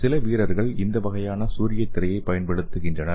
சில வீரர்கள் இந்த வகையான சூரியத் திரையைப் பயன்படுத்துகின்றனர்